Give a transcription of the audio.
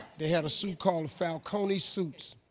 they had a suit called falcone suits.